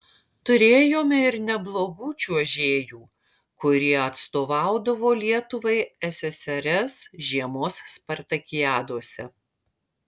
turėjome ir neblogų čiuožėjų kurie atstovaudavo lietuvai ssrs žiemos spartakiadose